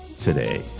today